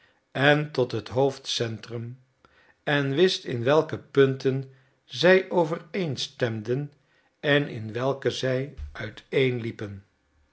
en tot het hoofdcentrum en wist in welke punten zij overeenstemden en in welke zij uiteenliepen